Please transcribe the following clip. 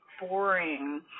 boring